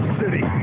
city